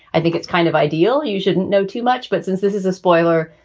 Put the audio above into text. i think it's kind of ideal. you shouldn't know too much. but since this is a spoiler,